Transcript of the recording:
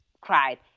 cried